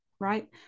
right